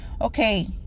okay